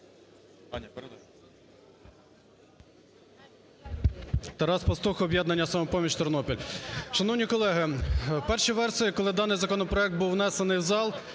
Тарас Пастух, "Об'єднання "Самопоміч", Тернопіль. Шановні колеги, у першій версії, коли даний законопроект був внесений у зал,